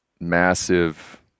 massive